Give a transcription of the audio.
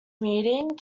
meeting